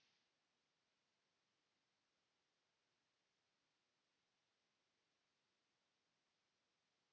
Kiitos.